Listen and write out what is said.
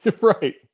Right